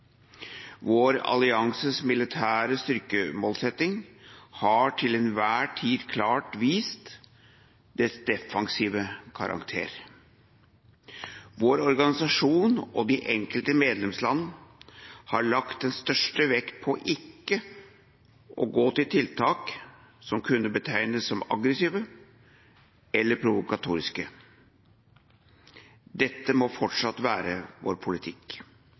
Vår allianses militære styrkemålsetting har til enhver tid klart vist dens defensive karakter. Vår organisasjon og de enkelte medlemsland har lagt den største vekt på ikke å gå til tiltak som kunne betegnes som aggressive eller provokatoriske. Dette må fortsatt være vår politikk.»